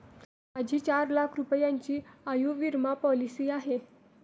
माझी चार लाख रुपयांची आयुर्विमा पॉलिसी आहे